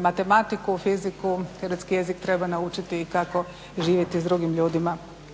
matematiku, fiziku, hrvatski jezik, treba naučiti kako živjeti s drugim ljudima.